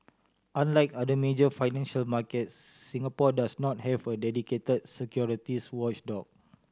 unlike other major financial markets Singapore does not have a dedicated securities watchdog